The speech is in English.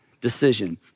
decision